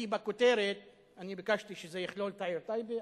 כי בכותרת אני ביקשתי שזה יכלול את העיר טייבה.